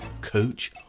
coach